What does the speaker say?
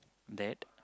that